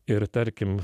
ir tarkim